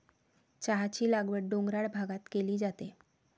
चहाची लागवड डोंगराळ भागात केली जाते